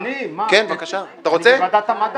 בטח, אני, זה ועדת המדע.